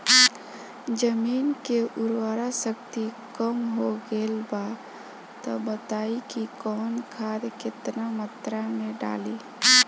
जमीन के उर्वारा शक्ति कम हो गेल बा तऽ बताईं कि कवन खाद केतना मत्रा में डालि?